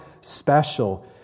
special